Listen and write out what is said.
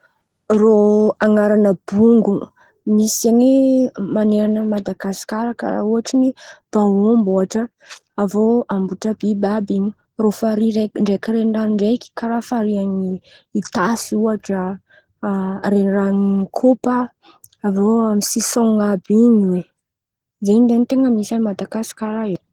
Rô an̈aran̈a bongo misy zeny manerana ny Madagasikarà karà ôtriny baombo ohatra avô ampotrabiby àby in̈y rô farihy ndraiky renirano ndraiky karà farihy ny Itasy ohatra renirano Ikopa avô aminy sisaon̈o àby in̈y hoe zen̈y zain̈y ten̈a misy Madagasikara.